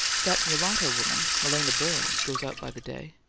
that mulatto woman, malena burns, goes out by the day,